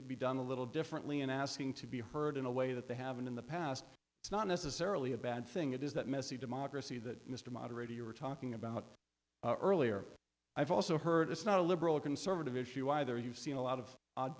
to be done a little differently and asking to be heard in a way that they haven't in the past it's not necessarily a bad thing it is that messy democracy that mr moderator you were talking about earlier i've also heard it's not a liberal or conservative issue either you've seen a lot of odd